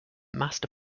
master